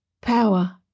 power